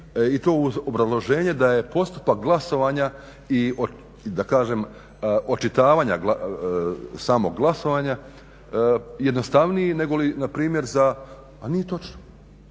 i to uz obrazloženje da je postupak glasovanja i da kažem očitavanja samog glasovanja jednostavniji negoli na primjer za, a nije točno.